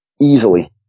easily